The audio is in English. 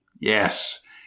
Yes